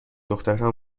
دخترها